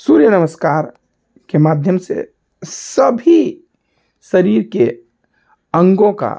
सूर्य नमस्कार के माध्यम से सभी शरीर के अंगों का